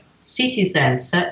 citizens